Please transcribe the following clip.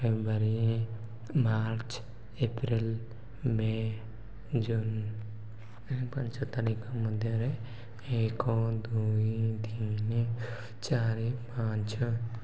ଫେବୃଆରୀ March April May June ପାଞ୍ଚ ତାରିଖ ମଧ୍ୟରେ ଏକ ଦୁଇ ତିନି ଚାରି ପାଞ୍ଚ